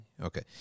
Okay